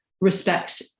respect